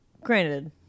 granted